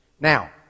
Now